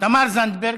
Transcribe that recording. תמר זנדברג,